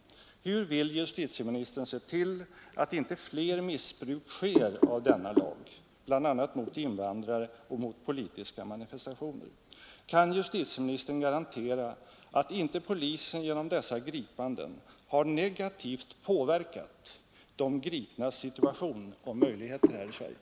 Hur vill justitieministern se till att inte fler missbruk sker av denna lag, bl.a. mot invandrare och mot politiska manifestationer? Kan justitieministern garantera att inte polisen genom gripandena har negativt påverkat de gripnas situation och möjligheter här i Sverige?